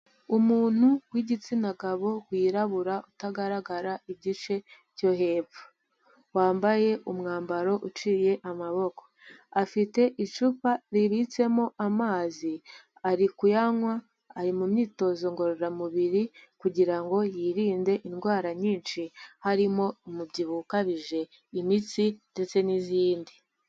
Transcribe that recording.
Umuntu w'igitsina gabo wirabura utagaragara igice cyo hepfo, wambaye umwambaro uciye amaboko, afite icupa ribitsemo amazi ari kuyanywa, ari mu myitozo ngororamubiri kugira ngo yirinde indwara nyinshi harimo umubyibuho ukabije, imitsi ndetse n'izindi.